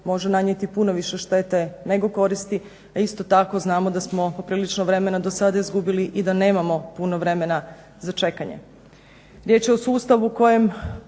može nanijeti puno više štete nego koristi. A isto tako znamo da smo poprilično vremena do sada izgubili i da nemamo puno vremena za čekanje.